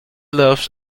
loves